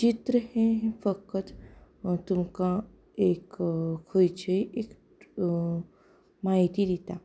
चित्र हें हें फकत तुमकां एक खंयची एक माहिती दिता